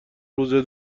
روزه